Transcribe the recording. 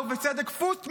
פוט מסאז'.